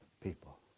people